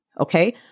Okay